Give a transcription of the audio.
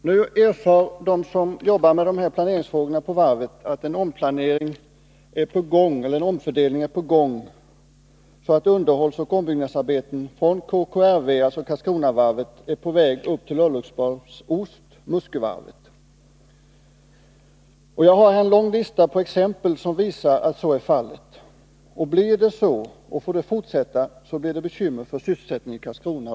Nu erfar de som jobbar med de här planeringsfrågorna på varvet att en omfördelning är på gång, så att underhållsoch ombyggnadsarbeten skall föras över från Karlskronavarvet till örlogsbas Ost, alltså till Muskövarvet. Jag har en lång lista med exempel som visar att så är fallet. Blir det på detta sätt, och får det fortsätta, uppstår bekymmer när det gäller sysselsättningen i Karlskrona.